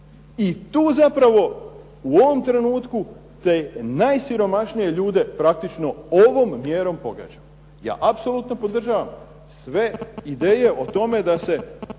I tu zapravo u ovom trenutku te najsiromašnije ljude praktično ovom mjerom podržavamo. Ja apsolutno podržavam sve ideje o tome da se